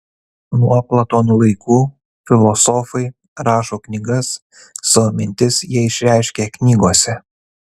nuo platono laikų filosofai rašo knygas savo mintis jie išreiškia knygose